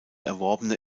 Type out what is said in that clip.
erworbene